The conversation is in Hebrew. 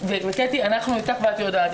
קטי, אנחנו אתך ואת יודעת זאת.